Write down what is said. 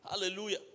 Hallelujah